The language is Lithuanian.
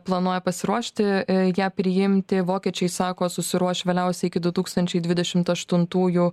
planuoja pasiruošti ją priimti vokiečiai sako susiruoš vėliausiai iki du tūkstančiai dvidešimt aštuntųjų